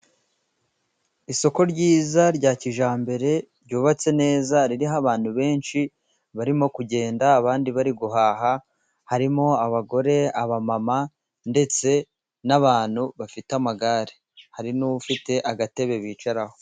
Isoko ryiza rya kijyambere, ryubatse neza, ririho abantu benshi barimo kugenda, abandi bari guhaha, harimo abagore, abana, ndetse n'abantu bafite amagare, hari n'ufite agatebe bicaraho.